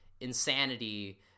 insanity